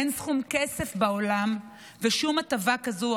אין סכום כסף בעולם ושום הטבה כזאת או